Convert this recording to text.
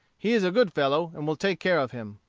he is a good fellow, and will take care of him.